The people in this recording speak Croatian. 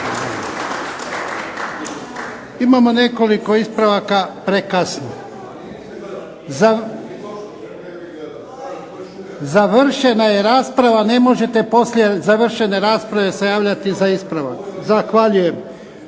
Imamo nekoliko ispravaka. Prekasno. Završena je rasprava, ne možete poslije završene rasprave se javljati za ispravak. Zahvaljujem.